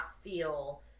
feel